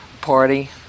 party